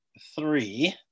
three